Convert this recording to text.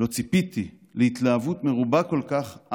ציפיתי להתלהבות מרובה כל כך,